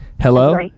Hello